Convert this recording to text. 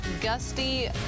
Gusty